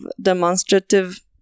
demonstrative